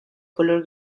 color